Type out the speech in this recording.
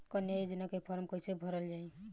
कन्या योजना के फारम् कैसे भरल जाई?